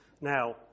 Now